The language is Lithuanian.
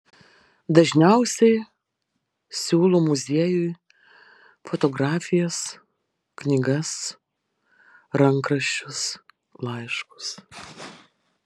dažniausiai siūlo muziejui fotografijas knygas rankraščius laiškus